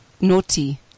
naughty